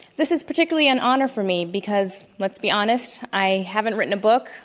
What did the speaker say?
this is particularly an honor for me because, let's be honest, i haven't written a book,